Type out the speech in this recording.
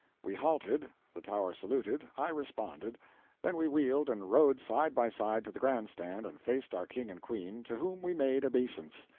we halted the tower saluted, i responded then we wheeled and rode side by side to the grand-stand and faced our king and queen, to whom we made obeisance.